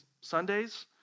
Sundays